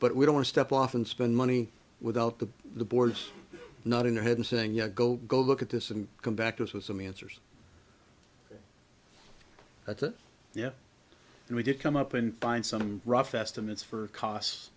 but we don't step off and spend money without the the board's not in the head and saying yeah go go look at this and come back to us with some answers that yeah and we did come up and find some rough estimates for costs